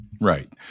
Right